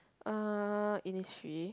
uh Innisfree